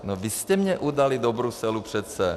No vy jste mě udali do Bruselu, přece.